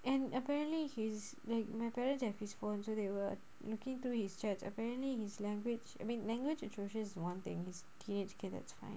and apparently he's like my parents have his phone so they were looking to his chats apparently his language I mean language atrocious one thing is teenage kid that's fine